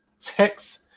Text